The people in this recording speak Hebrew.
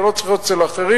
זה לא צריך להיות אצל אחרים,